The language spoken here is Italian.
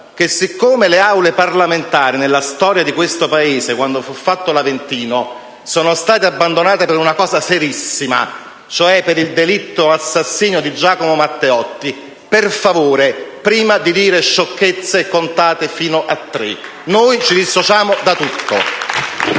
che siccome le Aule parlamentari, nella storia di questo Paese, quando fu fatto l'Aventino, sono state abbandonate per una cosa gravissima, cioè l'assassinio di Giacomo Matteotti, per favore, prima di dire sciocchezze, contate fino a tre. Noi ci dissociamo da tutto.